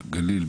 גליל,